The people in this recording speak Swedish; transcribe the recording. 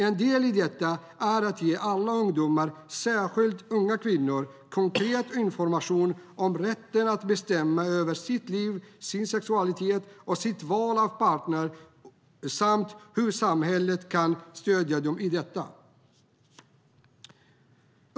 En del i detta är att ge alla ungdomar, särskilt unga kvinnor, konkret information om rätten att bestämma över sitt liv, sin sexualitet och sitt val av partner samt hur samhället kan stödja dem i detta.